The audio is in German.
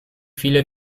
viele